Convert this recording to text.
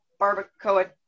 barbacoa